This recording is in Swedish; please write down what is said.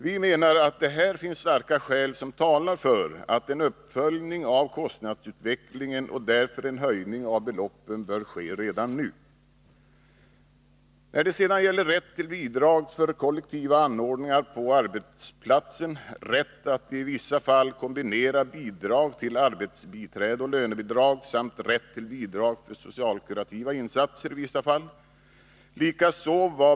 Vi menar att det finns starka skäl som talar för att en uppföljning av kostnadsutvecklingen och därmed en höjning av beloppen bör ske redan nu. Vi har även föreslagit rätt till bidrag för kollektiva anordningar på arbetsplatsen, rätt att i vissa fall kombinera bidrag till arbetsbiträde och lönebidrag samt rätt till bidrag för socialkurativa insatser i vissa fall.